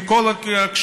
עם כל הכשלים,